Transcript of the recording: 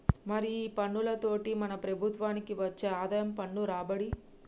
మరి ఈ పన్నులతోటి మన ప్రభుత్వనికి వచ్చే ఆదాయం పన్ను రాబడి